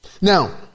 Now